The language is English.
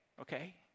okay